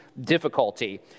difficulty